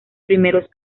primeros